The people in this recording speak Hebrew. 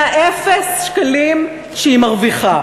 מאפס השקלים שהיא מרוויחה.